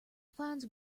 finds